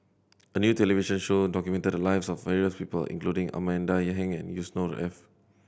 a new television show documented the lives of various people including Amanda Heng and Yusnor Ef